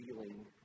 feeling